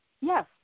Yes